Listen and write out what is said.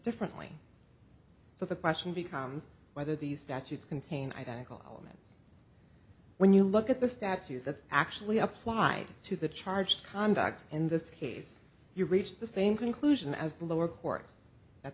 differently so the question becomes whether these statutes contain identical elements when you look at the statutes that actually apply to the charged conduct in this case you reach the same conclusion as the lower court that